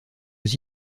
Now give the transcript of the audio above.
aux